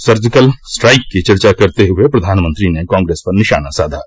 surgical strike की चर्चा करते हुए प्रधानमंत्री ने कांग्रेस पर निशाना साधा